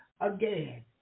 again